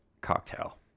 cocktail